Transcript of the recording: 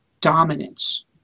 dominance